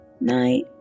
Night